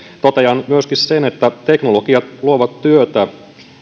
tulevaisuudessa tehdä totean myöskin sen että teknologiat luovat työtä